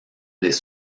des